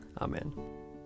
Amen